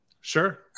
Sure